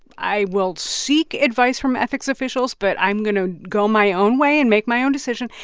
i will seek advice from ethics officials, but i'm going to go my own way and make my own decision.